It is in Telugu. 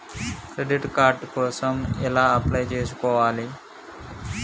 క్రెడిట్ కార్డ్ కోసం ఎలా అప్లై చేసుకోవాలి?